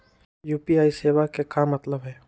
UPI सेवा के का मतलब है?